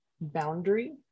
boundary